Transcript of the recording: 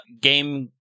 game